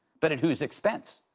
but at whose expense?